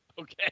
Okay